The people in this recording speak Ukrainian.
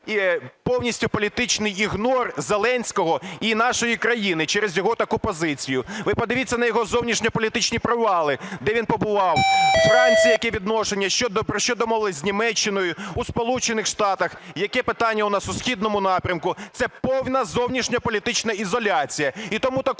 повністю політичний ігнор Зеленського і нашої країни через його таку позицію. Ви подивіться на його зовнішньополітичні провали, де він побував: у Франції яке відношення, про що домовилися з Німеччиною, у Сполучених Штатах, які питання у нас у східному напрямку. Це повністю зовнішньополітична ізоляція.